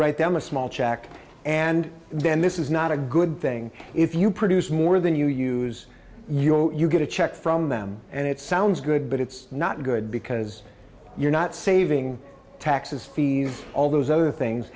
write them a small check and then this is not a good thing if you produce more than you use you you get a check from them and it sounds good but it's not good because you're not saving taxes fees all those other things